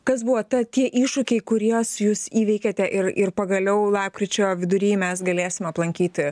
kas buvo ta tie iššūkiai kuriuos jūs įveikėte ir ir pagaliau lapkričio vidury mes galėsim aplankyti